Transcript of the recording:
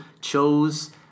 chose